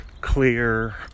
clear